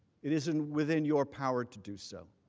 it is and within your power to do so.